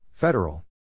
Federal